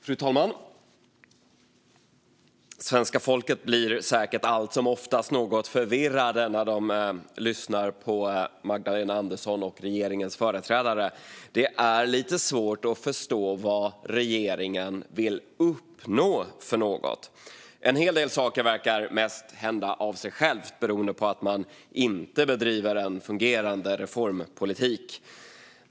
Fru talman! Svenska folket blir säkert allt som oftast något förvirrade när de lyssnar på Magdalena Andersson och regeringens företrädare. Det är lite svårt att förstå vad det är för något regeringen vill uppnå. En hel del saker verkar mest hända av sig själva beroende på att man inte bedriver en fungerande reformpolitik.